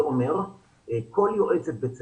כל יועצת בית ספר,